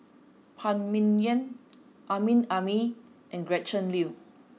Phan Ming Yen Amrin Amin and Gretchen Liu